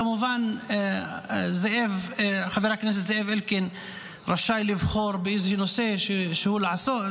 כמובן שחבר הכנסת זאב אלקין רשאי לבחור באיזה נושא הוועדה תעסוק,